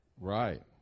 Right